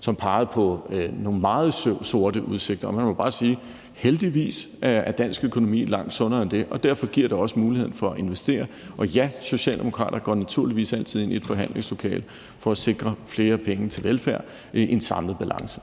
som pegede på nogle meget sorte udsigter. Man må jo bare sige, at dansk økonomi heldigvis er langt sundere end det, og derfor giver det også muligheden for at investere. Og ja, Socialdemokraterne går naturligvis altid ind i et forhandlingslokale for at sikre flere penge til velfærd i en samlet balance.